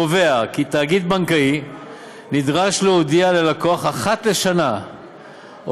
הוא קובע כי תאגיד בנקאי נדרש להודיע ללקוח אחת לשנה על